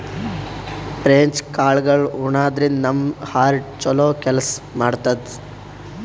French ಕಾಳ್ಗಳ್ ಉಣಾದ್ರಿನ್ದ ನಮ್ ಹಾರ್ಟ್ ಛಲೋ ಕೆಲ್ಸ್ ಮಾಡ್ತದ್